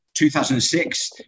2006